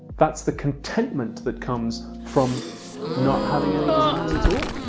that's the contentment that comes from not having any desires at all.